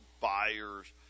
buyers